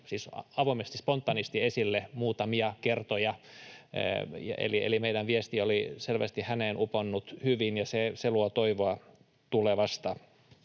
siis avoimesti, spontaanisti esille muutamia kertoja, eli meidän viestimme oli selvästi häneen uponnut hyvin, ja se luo toivoa tulevasta.